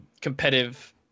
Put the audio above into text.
competitive